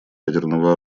ядерного